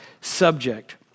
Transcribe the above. subject